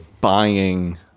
buying